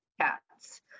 cats